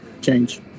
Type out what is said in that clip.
change